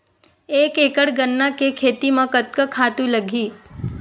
एक एकड़ गन्ना के खेती म कतका खातु लगही?